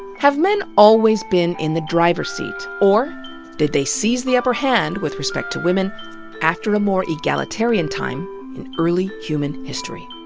have men always been in the driver's seat? or did they seize the upper hand with respect to women after a more egalitarian time in early human history?